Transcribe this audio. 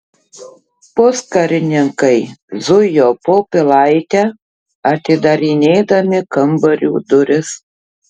puskarininkiai zujo po pilaitę atidarinėdami kambarių duris